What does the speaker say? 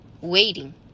waiting